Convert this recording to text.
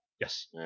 Yes